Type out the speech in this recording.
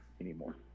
anymore